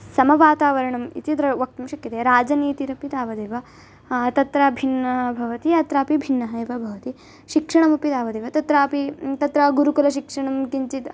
समवातावरणम् इति द्र वक्तुं शक्यते राजनीतिरपि तावदेव तत्र भिन्ना भवति अत्रापि भिन्ना एव भवति शिक्षणमपि तावदेव तत्रापि तत्र गुरुकुलशिक्षणं किञ्चिद्